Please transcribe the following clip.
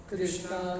Krishna